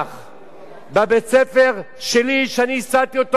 בבית-ספר שלי, שאני ייסדתי, "נוות ישראל",